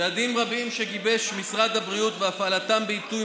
צעדים רבים שגיבש משרד הבריאות והפעלתם בעיתוי